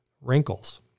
Wrinkles